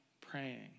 praying